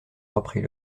reprit